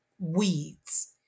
Weeds